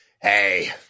Hey